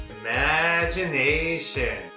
Imagination